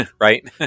Right